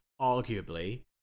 arguably